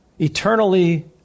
Eternally